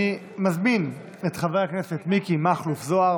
אני מזמין את חבר הכנסת מיקי מכלוף זוהר